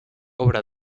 obra